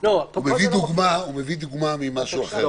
הוא מביא דוגמה ממשהו אחר.